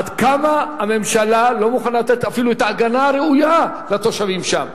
עד כמה הממשלה לא מוכנה לתת אפילו את ההגנה הראויה לתושבים שם.